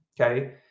okay